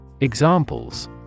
Examples